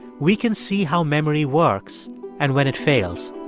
we can see how memory works and when it fails.